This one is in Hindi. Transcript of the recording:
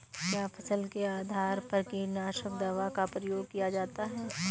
क्या फसल के आधार पर कीटनाशक दवा का प्रयोग किया जाता है?